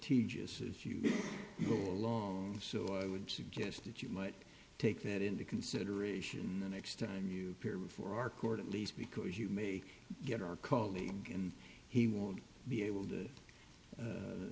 tejas as you go along so i would suggest that you might take that into consideration the next time you appear before our court at least because you may get our colleague and he won't be able